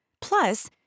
Plus